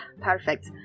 perfect